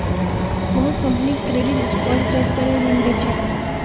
बहुत company credit score check करे ऋण दी छेक